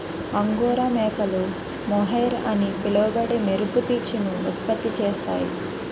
angora మేకలు mohair అని పిలువబడే మెరుపు పీచును ఉత్పత్తి చేస్తాయి